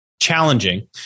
challenging